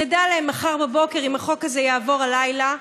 נדע עליהן מחר בבוקר אם החוק הזה יעבור הלילה.